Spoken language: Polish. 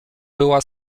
była